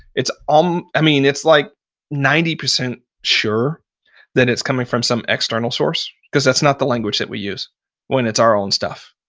um mean it's like ninety percent sure that it's coming from some external source because that's not the language that we use when it's our own stuff.